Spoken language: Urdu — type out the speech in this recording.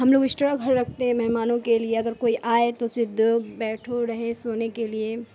ہم لوگ اسٹرا بھر رکھتے مہمانوں کے لیے اگر کوئی آئے تو اسے دو بیٹھو رہے سونے کے لیے